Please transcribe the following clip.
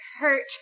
hurt